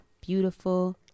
beautiful